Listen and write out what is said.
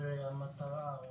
המטרה או